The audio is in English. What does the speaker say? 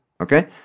okay